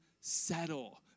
settle